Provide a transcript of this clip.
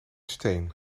steen